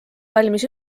valmis